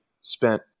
spent